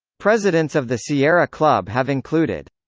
presidents of the sierra club have included